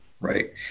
Right